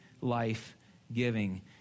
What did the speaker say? life-giving